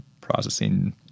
processing